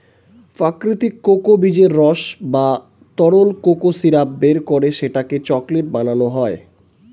প্রাকৃতিক কোকো বীজের রস বা তরল কোকো সিরাপ বের করে সেটাকে চকলেট বানানো হয়